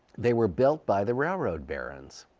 they were built by the railroad barons.